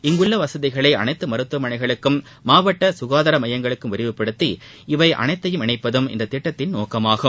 இங்குள்ள வசதிகளை அனைத்து மருத்துவமனைகளுக்கும் மாவட்ட ககாதார மையங்களுக்கும் விரிவுப்படுத்தி இவை அனைத்தையும் இணைப்பது இந்தத் திட்டத்தின் நோக்கமாகும்